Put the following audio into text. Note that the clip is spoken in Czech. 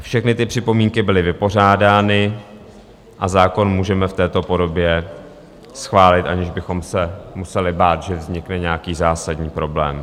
Všechny ty připomínky byly vypořádány a zákon můžeme v této podobě schválit, aniž bychom se museli bát, že vznikne nějaký zásadní problém.